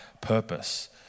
purpose